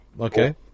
Okay